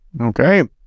Okay